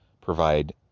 provide